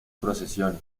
procesiones